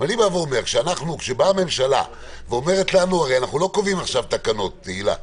אנחנו הרי לא קובעים עכשיו תקנות, תהלה,